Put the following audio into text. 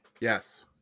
Yes